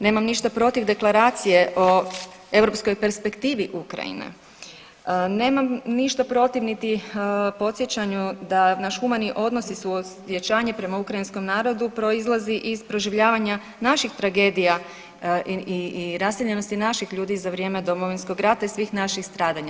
Nemam ništa protiv Deklaracije o europskoj perspektivi Ukrajine, nemam ništa protiv niti podsjećanju da naš humani odnos i suosjećanje prema ukrajinskom narodu proizlazi iz proživljavanja naših tragedija i raseljenosti naših ljudi za vrijeme Domovinskog rata i svih naših stradanja.